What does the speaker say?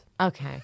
Okay